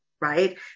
right